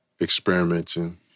experimenting